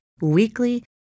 weekly